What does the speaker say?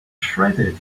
shredded